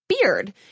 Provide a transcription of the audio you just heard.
Beard